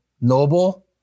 Noble